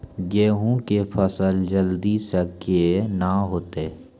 गेहूँ के फसल जल्दी से के ना होते?